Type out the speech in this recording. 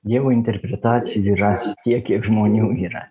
dievo interpretacijų jų rasi tiek kiek žmonių yra